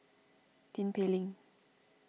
Tin Pei Ling